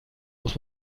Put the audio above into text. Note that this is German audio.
muss